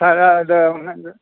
സാധാ ഇത്